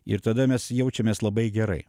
ir tada mes jaučiamės labai gerai